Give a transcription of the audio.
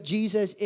Jesus